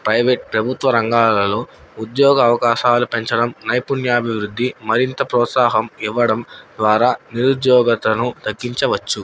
private ప్రభుత్వ రంగాలలో ఉద్యోగ అవకాశాలు పెంచడం నైపుణ్యాభివృద్ధి మరింత ప్రోత్సాహం ఇవ్వడం ద్వారా నిరుద్యోగతను తగ్గించవచ్చు